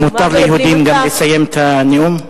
מותר ליהודים גם לסיים את הנאום?